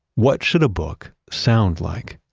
what should a book sound like?